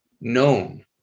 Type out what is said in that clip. known